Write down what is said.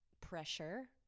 pressure